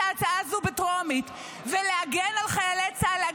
ההצעה הזו בטרומית ולהגן על חיילי צה"ל,